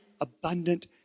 abundant